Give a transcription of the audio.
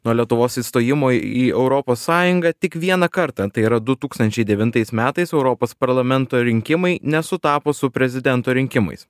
nuo lietuvos įstojimo į europos sąjungą tik vieną kartą tai yra du tūkstančiai devintais metais europos parlamento rinkimai nesutapo su prezidento rinkimais